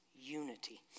unity